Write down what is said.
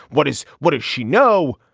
what is what does she know.